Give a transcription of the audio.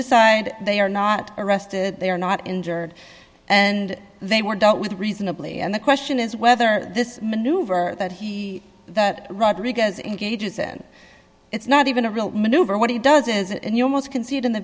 aside they are not arrested they are not injured and they were dealt with reasonably and the question is whether this maneuver that he that rodriguez engages in it's not even a real maneuver what he does is it and you almost can see it in the